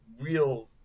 real –